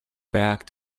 back